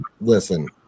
listen